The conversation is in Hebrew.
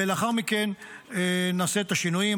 ולאחר מכן נעשה את השינויים.